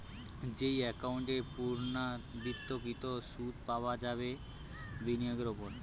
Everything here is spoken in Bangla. যেই একাউন্ট এ পূর্ণ্যাবৃত্তকৃত সুধ পাবা হয় বিনিয়োগের ওপর